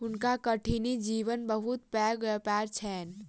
हुनका कठिनी जीवक बहुत पैघ व्यापार छैन